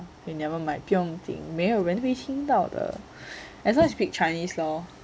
okay never mind 不用紧没有人会听到的 as long as speak chinese lor